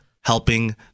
helping